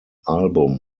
album